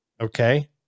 okay